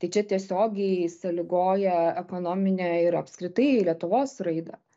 tai čia tiesiogiai sąlygoja ekonominę ir apskritai lietuvos raidą